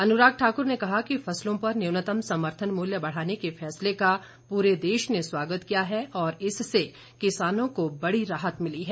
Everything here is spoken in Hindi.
अनुराग ठाकुर ने कहा कि फसलों पर न्यूनतम समर्थन मूल्य बढ़ाने के फैसले का पूरे देश ने स्वागत किया है और इससे किसानों को बड़ी राहत मिली है